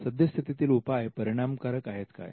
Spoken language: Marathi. सद्यस्थितीतील उपाय परिणामकारक आहेत काय